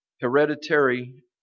hereditary